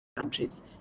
countries